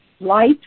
light